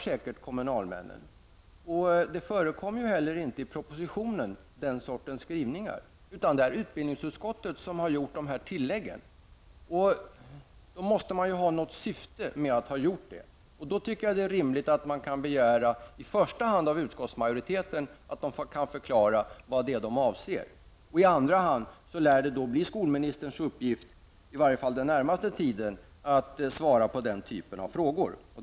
Skrivningar härom förekommer heller inte i propositionen. Det är utbildningsutskottet som har gjort de tilläggen. Då måste det finnas något syfte med dem. Jag tycker att det är rimligt att begära av i första hand utskottsmajoriteten en förklaring av vad som avses. I andra hand lär det bli skolministerns uppgift, i varje fall under den närmaste tiden, att svara på den typen av frågor.